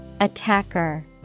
Attacker